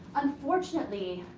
unfortunately,